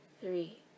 three